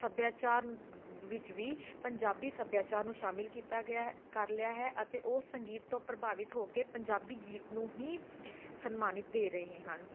ਸੱਭਿਆਚਾਰ ਵਿੱਚ ਵੀ ਪੰਜਾਬੀ ਸੱਭਿਆਚਾਰ ਨੂੰ ਸ਼ਾਮਿਲ ਕੀਤਾ ਗਿਆ ਕਰ ਲਿਆ ਹੈ ਅਤੇ ਉਹ ਸੰਗੀਤ ਤੋਂ ਪ੍ਰਭਾਵਿਤ ਹੋ ਕੇ ਪੰਜਾਬੀ ਗੀਤ ਨੂੰ ਹੀ ਸਨਮਾਨਿਤ ਦੇ ਰਹੇ ਹਨ